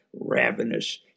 ravenous